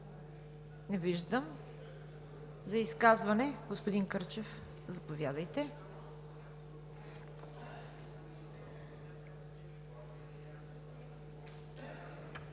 Не виждам. За изказване – господин Кърчев, заповядайте.